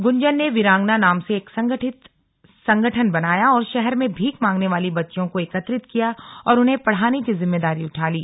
गुंजन ने वीरांगना नाम से एक संगठन बनाया और शहर में भीख मांगने वाली बच्चियों को एकत्रित किया और उन्हें पढ़ाने की जिम्मेदारी उठा ली